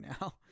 now